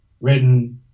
written